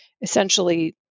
essentially